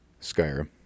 Skyrim